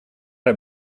heb